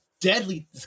deadly